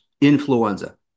influenza